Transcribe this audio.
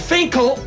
Finkel